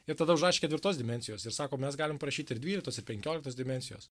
ir tada užrašė ketvirtos dimensijos ir sako mes galim prašyti ir dvyliktos ir penkioliktos dimensijos